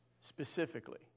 specifically